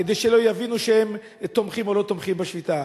כדי שלא יבינו שהם תומכים או לא תומכים בשביתה.